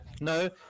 no